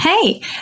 Hey